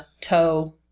toe